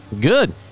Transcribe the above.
Good